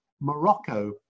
Morocco